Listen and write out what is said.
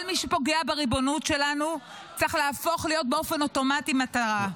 כל מי שפוגע בריבונות שלנו צריך להפוך להיות באופן אוטומטי מטרה.